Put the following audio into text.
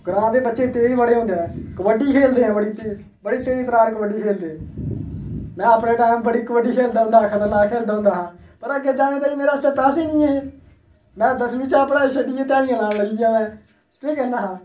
ग्रांऽ दे बच्चे तेज बड़े होंदे न कबड्डी खेलदे न बड़ी बड़ी तेज तरार कबड्डी खेलदे में अपने टैम बड़ी कबड्डी खेलदा होंदा हा खतरनाक खेलदा होंदा हा पर अग्गै जाने आस्तै पैसे ई निं ऐ हे में दसमी च पढ़ाई छड्डियै ध्याड़ियां लान लग्गी केह् करना हा